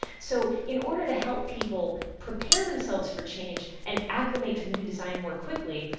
so in order to help people prepare themselves for change and acclimate to the new design more quickly,